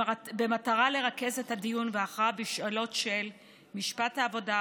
במטרה לרכז את הדיון וההכרעה בשאלות של משפט העבודה,